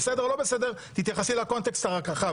תתייחסי לקונטקסט הרחב.